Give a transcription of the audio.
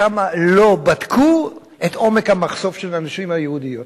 שם לא בדקו את עומק המחשוף של הנשים היהודיות,